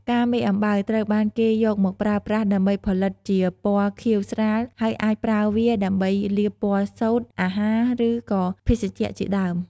ផ្កាមេអំបៅ ត្រូវបានគេយកមកប្រើប្រាស់ដើម្បីផលិតជាពណ៌ខៀវស្រាល ហើយអាចប្រើវាដើម្បីលាបពណ៌សូត្រ អាហារ ឬក៏ភេសជ្ជៈ ជាដើម។